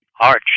arch